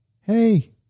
hey